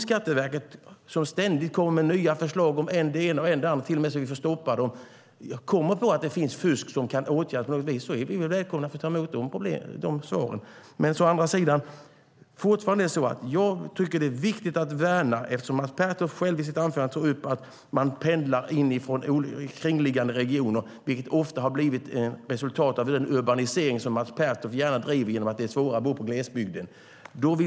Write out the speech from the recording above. Skatteverket kommer ständigt med nya förslag om än det ena och än det andra. Det är till och med så att vi får stoppa det. Om det kommer på att det finns fusk som kan åtgärdas på något vis välkomnar vi de svaren. Mats Pertoft tog i sitt anförande själv upp att människor pendlar in från kringliggande regioner. Det har ofta blivit resultat av den urbanisering som Mats Pertoft gärna driver genom att det är svårare att bo i glesbygden.